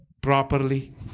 properly